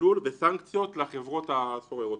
מסלול וסנקציות לחברות הסוררות.